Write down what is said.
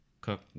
cook